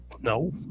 No